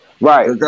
Right